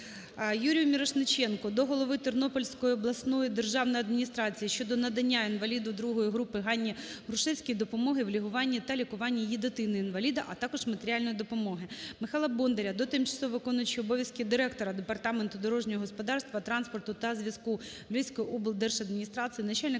Юрія Мірошниченка до голови Тернопільської обласної державної адміністрації щодо надання інваліду ІІ групи Ганні Грушецькій допомоги у лікуванні та лікуванні її дитини-інваліда, а також матеріальної допомоги. Михайла Бондаря до тимчасово виконуючого обов’язки директора Департаменту дорожнього господарства, транспорту та зв'язку Львівської облдержадміністрації, начальника